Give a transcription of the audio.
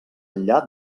enllà